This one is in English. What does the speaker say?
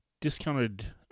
discounted